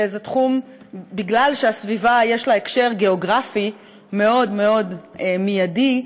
מכיוון שלסביבה יש הקשר גאוגרפי מאוד מיידי,